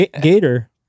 gator